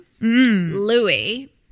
Louis